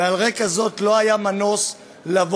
ועל רקע זה לא היה מנוס מלהתערב.